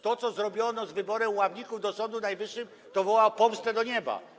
To, co zrobiono z wyborem ławników do Sądu Najwyższego, woła o pomstę do nieba.